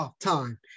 time